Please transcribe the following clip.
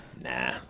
Nah